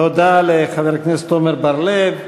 תודה לחבר הכנסת עמר בר-לב.